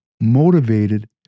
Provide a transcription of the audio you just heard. motivated